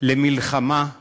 למלחמה למלחמה.